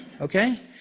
Okay